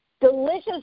delicious